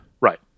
Right